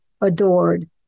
adored